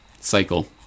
cycle